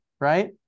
right